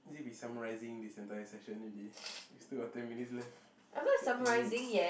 is it we summarising this entire session already we still got ten minutes left thirteen minutes